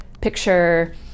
picture